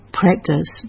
practice